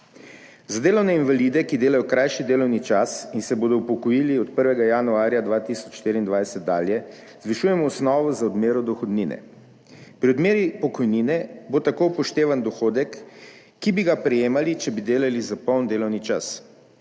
Za delovne invalide, ki delajo krajši delovni čas in se bodo upokojili od 1. januarja 2024 dalje, zvišujemo osnovo za odmero dohodnine. Pri odmeri pokojnine bo tako upoštevan dohodek, ki bi ga prejemali, če bi delali za polni delovni čas.